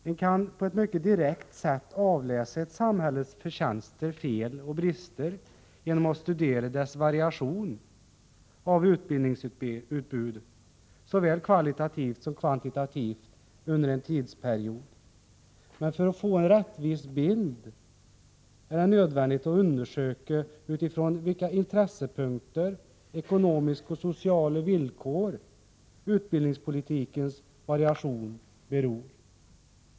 Man kan på ett mycket direkt sätt avläsa ett samhälles förtjänster, fel och brister genom att studera dess variation av utbildningsutbud — såväl kvalitativt som kvantitativt — under en tidsperiod. Men för att få en rättvis bild är det nödvändigt att undersöka utifrån vilka intressepunkter, ekonomiska och sociala villkor, utbildningspolitikens variation är beroende.